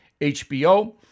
HBO